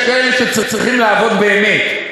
יש כאלה שצריכים לעבוד באמת,